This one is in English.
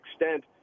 extent